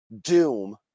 Doom